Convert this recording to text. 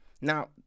now